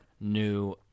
new